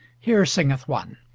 here singeth one